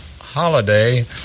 holiday